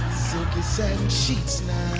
silky satin sheets